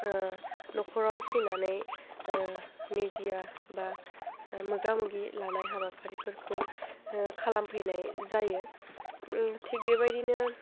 नख'राव फैनानै मेदिया बा मोगा मोगि लानाय हाबाफारिफोरखौ खालामफैनाय जायो थिग बेबायदिनो